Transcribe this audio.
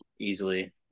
easily